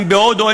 הן בהודו,